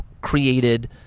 created